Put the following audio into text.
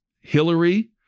Hillary